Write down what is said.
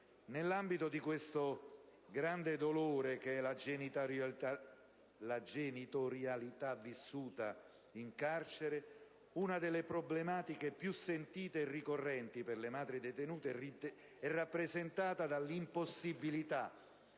Nell'ambito di questo grande dolore, che è la genitorialità vissuta in carcere, una delle problematiche più sentite e ricorrenti per le madri detenute è rappresentata dall'impossibilità